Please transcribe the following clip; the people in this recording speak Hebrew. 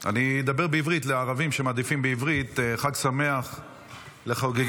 אני אדבר בעברית לערבים שמעדיפים בעברית: חג שמח לחוגגים,